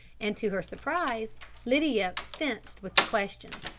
and to her surprise lydia fenced with the question.